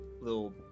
little